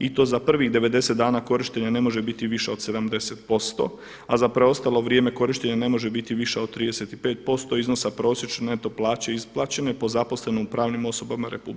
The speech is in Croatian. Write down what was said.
I to za prvih 90 dana korištenja ne može biti viša od 70% a za preostalo vrijeme korištenja ne može biti viša od 35% iznosa prosječne neto plaće isplaćene po zaposlenim pravnim osobama RH